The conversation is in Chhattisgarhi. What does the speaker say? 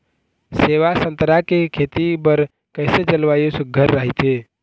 सेवा संतरा के खेती बर कइसे जलवायु सुघ्घर राईथे?